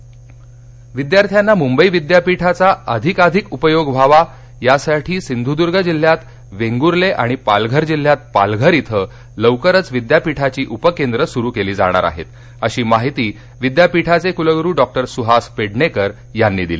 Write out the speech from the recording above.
मुंबई विद्यापीठ विद्यार्थ्यांना मुंबई विद्यापीठाचा अधिकाधिक उपयोग व्हावा यासाठी सिंधुद्ग जिल्ह्यात वेंगूर्ले आणि पालघर जिल्ह्यात पालघर इथं लवकरच विद्यापीठाची उपकेंद्रं सुरू केली जाणार आहेत अशी माहिती विद्यापीठाचे कुलगुरू डॉक्टर सुहास पेडणेकर यांनी दिली